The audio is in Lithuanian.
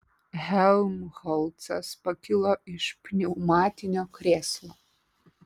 helmholcas pakilo iš pneumatinio krėslo